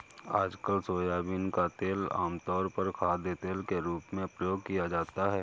आजकल सोयाबीन का तेल आमतौर पर खाद्यतेल के रूप में प्रयोग किया जाता है